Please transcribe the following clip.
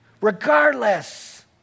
Regardless